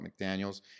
McDaniels